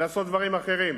לעשות דברים אחרים.